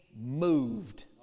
moved